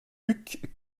luc